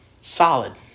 solid